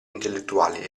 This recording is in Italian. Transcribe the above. intellettuali